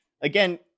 again